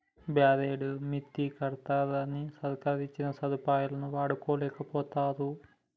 బారెడు మిత్తికడ్తరుగని సర్కారిచ్చిన సదుపాయాలు వాడుకోలేకపోతరు